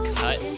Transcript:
cut